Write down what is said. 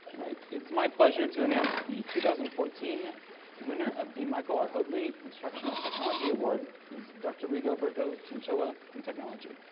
alright, its my pleasure to announce the two thousand and fourteen winner of the michael r. hoadley instructional technology award is dr. rigoberto chinchilla from technology.